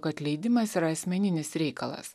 atleidimas yra asmeninis reikalas